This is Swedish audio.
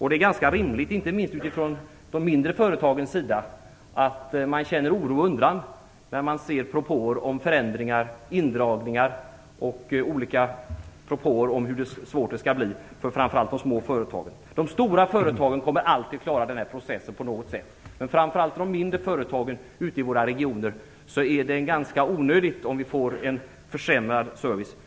Det är ganska rimligt, inte minst från de mindre företagens sida, att man känner oro och undran när man ser propåer om förändringar, indragningar och om hur svårt det skall bli för framför allt de små företagen. De stora företagen kommer alltid att klara den här processen på något sätt. Men för framför allt de mindre företagen ute i våra regioner är det ganska onödigt om vi får en försämrad service.